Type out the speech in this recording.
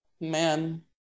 Man